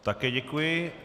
Také děkuji.